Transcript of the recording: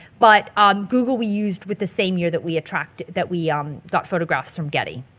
but um google we used with the same year that we attracted, that we um got photographs from getty.